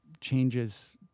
changes